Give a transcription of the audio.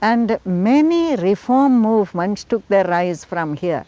and many reform movements took their rise from here